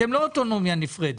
אתם לא אוטונומיה נפרדת.